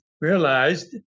realized